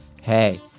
Hey